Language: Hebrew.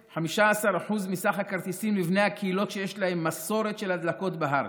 15% מסך הכרטיסים לבני הקהילות שיש להם מסורת של הדלקות בהר.